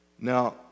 Now